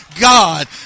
God